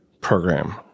program